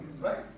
right